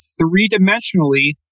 three-dimensionally